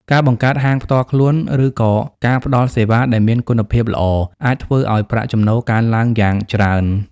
ការបង្កើតហាងផ្ទាល់ខ្លួន ឬក៏ការផ្តល់សេវាដែលមានគុណភាពល្អអាចធ្វើឲ្យប្រាក់ចំណូលកើនឡើងយ៉ាងច្រើន។